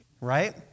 right